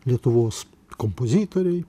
lietuvos kompozitoriai